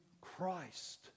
Christ